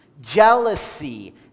jealousy